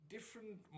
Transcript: Different